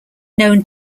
known